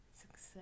success